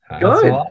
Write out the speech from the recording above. Good